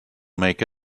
make